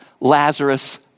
Lazarus